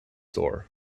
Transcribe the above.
door